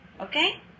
Okay